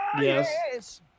Yes